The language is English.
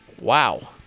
Wow